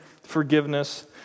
forgiveness